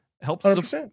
helps